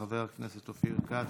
חבר הכנסת אופיר כץ.